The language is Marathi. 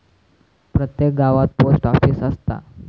प्रत्येक गावात पोस्ट ऑफीस असता